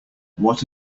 what